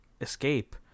escape